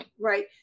Right